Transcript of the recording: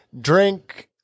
drink